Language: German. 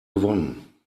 gewonnen